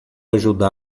ajudá